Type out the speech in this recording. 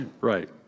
Right